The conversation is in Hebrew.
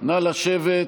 נא לשבת.